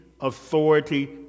authority